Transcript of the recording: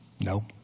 No